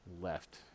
left